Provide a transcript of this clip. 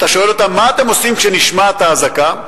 אתה שואל אותם: מה אתם עושים כשנשמעת האזעקה,